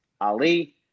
Ali